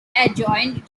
adjoint